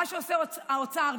מה שעושה האוצר,